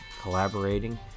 collaborating